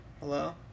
Hello